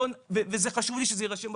וזה חשוב לי שזה יירשם בפרוטוקול,